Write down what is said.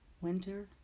winter